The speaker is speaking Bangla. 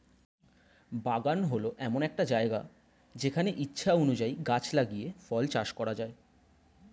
বাগান হল এমন একটা জায়গা যেখানে ইচ্ছা অনুযায়ী গাছ লাগিয়ে ফল চাষ করা যায়